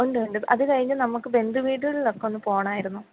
ഉണ്ട് ഉണ്ട് അത് കഴിഞ്ഞ് നമുക്ക് ബന്ധു വീടുകളിൽ ഒക്കെ ഒന്ന് പോകണമായിരുന്നു